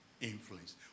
influence